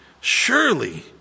surely